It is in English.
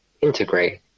integrate